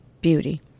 beauty